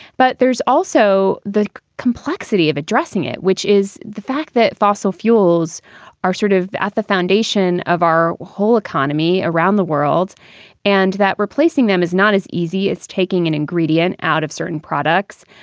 but there's also the complexity of addressing it, which is the fact that fossil fuels are sort of at the foundation of our whole economy around the world and that replacing them is not as easy as taking an ingredient out of certain products.